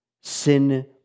Sin